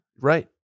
Right